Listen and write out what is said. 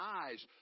eyes